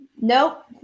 Nope